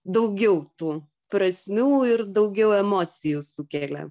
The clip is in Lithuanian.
daugiau tų prasmių ir daugiau emocijų sukelia